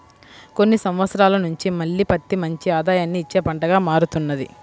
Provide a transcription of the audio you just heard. కొన్ని సంవత్సరాల నుంచి మళ్ళీ పత్తి మంచి ఆదాయాన్ని ఇచ్చే పంటగా మారుతున్నది